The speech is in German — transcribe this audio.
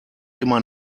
immer